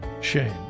shame